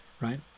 right